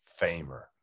Famer